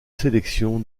sélection